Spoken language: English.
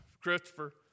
Christopher